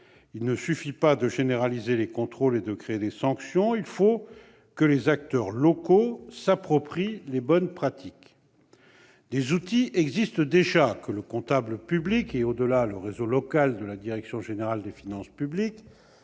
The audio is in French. il ne suffit pas de généraliser les contrôles et de créer des sanctions ; il faut que les acteurs locaux s'approprient les bonnes pratiques. Des outils existent déjà, que le comptable public, et, au-delà, le réseau local de la direction générale des finances publiques,